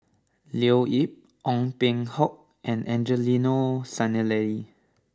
Leo Yip Ong Peng Hock and Angelo Sanelli